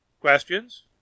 Questions